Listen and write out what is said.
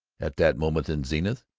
at that moment in zenith,